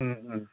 ꯎꯝ ꯎꯝ